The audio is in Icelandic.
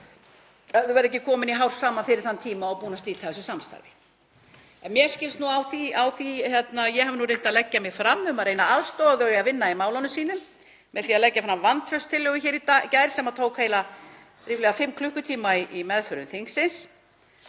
þau verða ekki komin í hár saman fyrir þann tíma og búin að slíta þessu samstarfi. Mér skilst nú að ég hafi reynt að leggja mig fram um að reyna að aðstoða þau við að vinna í málunum sínum með því að leggja fram vantrauststillögu í gær sem tók ríflega fimm klukkutíma í meðförum þingsins